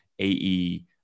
AE